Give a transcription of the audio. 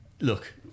Look